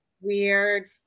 weird